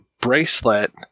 bracelet